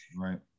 Right